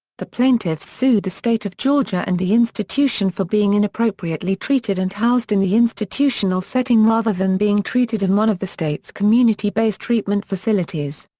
the plaintiffs sued the state of georgia and the institution for being inappropriately treated and housed in the institutional setting rather than being treated in one of the state's community based treatment facilities.